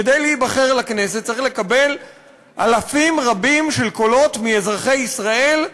כדי להיבחר לכנסת צריך לקבל אלפים רבים של קולות מאזרחי ישראל,